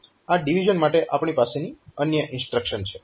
આ ડીવીઝન માટે આપણી પાસેની અન્ય ઇન્સ્ટ્રક્શન છે